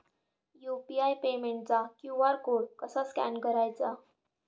UPI पेमेंटचा QR code कसा scan करायचा?